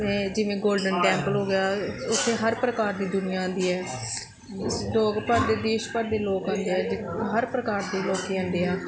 ਇਹ ਜਿਵੇਂ Golden Temple ਹੋ ਗਿਆ ਉੱਥੇ ਹਰ ਪ੍ਰਕਾਰ ਦੀ ਦੁਨੀਆ ਆਉਂਦੀ ਹੈ ਭਰ ਦੇ ਦੇਸ਼ ਭਰ ਦੇ ਲੋਕ ਆਉਂਦੇ ਆ ਜਿ ਹਰ ਪ੍ਰਕਾਰ ਦੇ ਲੋਕ ਆਉਂਦੇ ਆ